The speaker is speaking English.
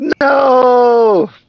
No